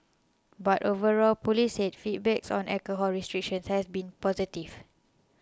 but overall police said feedbacks on alcohol restrictions has been positive